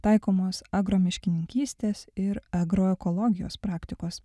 taikomos agro miškininkystės ir agroekologijos praktikos